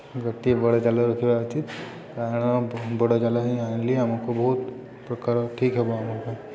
ଗୋଟିଏ ବଡ଼ ଜାଲ ରଖିବା ଉଚିତ୍ କାରଣ ବଡ଼ ଜାଲ ହିଁ ଆଣିଲେ ଆମକୁ ବହୁତ ପ୍ରକାର ଠିକ୍ ହେବ ଆମ